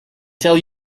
tell